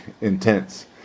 intense